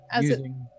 using